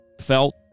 felt